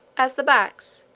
as the backs,